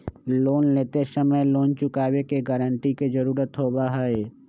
loan लेते समय loan चुकावे के गारंटी के जरुरत होबा हई